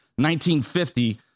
1950